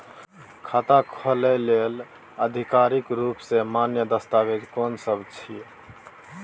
खाता खोले लेल आधिकारिक रूप स मान्य दस्तावेज कोन सब छिए?